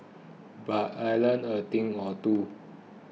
but I learnt a thing or two